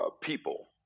people